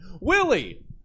Willie